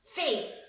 faith